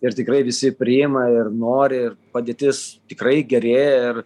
ir tikrai visi priima ir nori ir padėtis tikrai gerėja ir